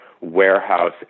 warehouse